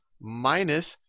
minus